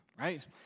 Right